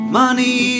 money